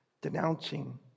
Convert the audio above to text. denouncing